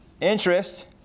interest